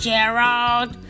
Gerald